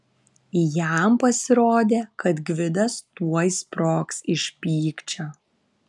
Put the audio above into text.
jam pasirodė kad gvidas tuoj sprogs iš pykčio